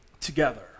together